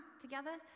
together